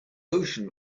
ocean